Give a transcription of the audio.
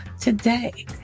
today